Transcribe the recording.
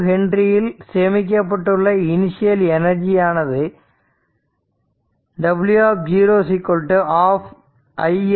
2H இல் சேமிக்கப்பட்டுள்ள initial energy ஆனது w ½ L i L